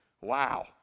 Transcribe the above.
wow